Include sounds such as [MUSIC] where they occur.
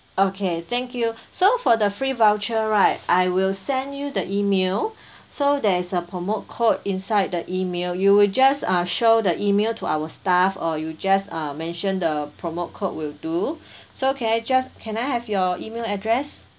okay thank you so for the free voucher right I will send you the email [BREATH] so there is a promo code inside the email you will just ah show the email to our staff or you just uh mention the promote code will do [BREATH] so can I just can I have your email address